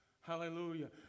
Hallelujah